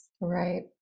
Right